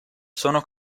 sono